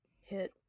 hit